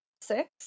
six